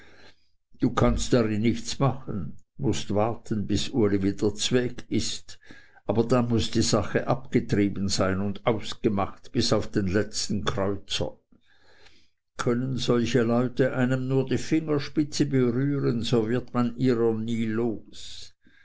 du kannst daran nichts machen mußt warten bis uli wieder zweg ist aber dann muß die sache abgetrieben sein und ausgemacht bis auf den letzten kreuzer können solche leute einem nur die fingerspitze berühren so wird man ihrer nie los